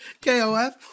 KOF